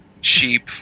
sheep